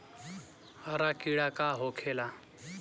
हरा कीड़ा का होखे ला?